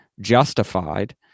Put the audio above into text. justified